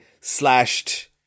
slashed